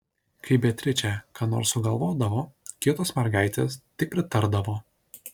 kai beatričė ką nors sugalvodavo kitos mergaitės tik pritardavo